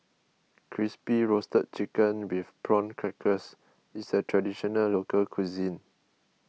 Crispy Roasted Chicken with Prawn Crackers is a Traditional Local Cuisine